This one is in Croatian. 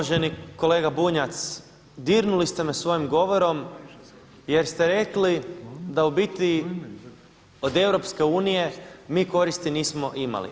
Uvaženi kolega Bunjac dirnuli ste me svojim govorom, jer ste rekli da u biti od EU mi koristi nismo imali.